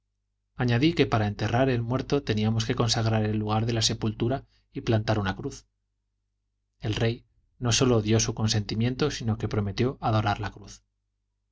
añadí que para enterrar al muerto teníamos que consagrar el lugar de la sepultura y plantar una cruz el rey no sólo dio su consentimiento sino que prometió adorar la cruz